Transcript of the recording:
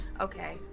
Okay